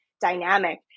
dynamic